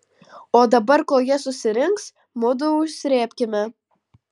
o dabar kol jie susirinks mudu užsrėbkime